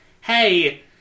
hey